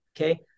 okay